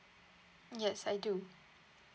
yes I do